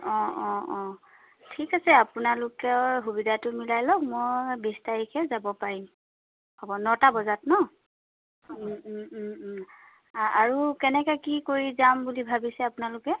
অঁ অঁ অঁ ঠিক আছে আপোনালোকৰ সুবিধাতো মিলাই ল'ম মই বিছ তাৰিখে যাব পাৰিম হ'ব নটা বজাত ন আৰু কেনেকৈ কি কৰি যাম বুলি ভাবিছে আপোনালোকে